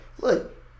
Look